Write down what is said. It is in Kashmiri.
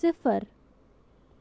صِفر